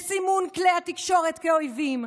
לסימון כלי התקשורת כאויבים,